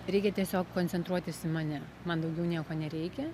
reikia tiesiog koncentruotis į mane man daugiau nieko nereikia